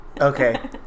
Okay